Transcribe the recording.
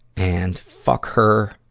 and fuck her.